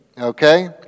okay